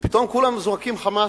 ופתאום כולם זועקים חמס,